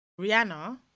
Rihanna